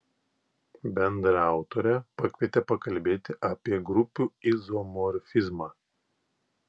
bendraautorę pakvietė pakalbėti apie grupių izomorfizmą